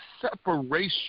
separation